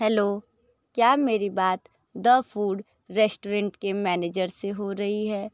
hello क्या मेरी बात द फूड रेस्टोरेंट के मैनेजर से हो रही है